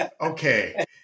Okay